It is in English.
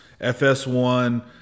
FS1